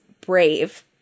brave